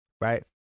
right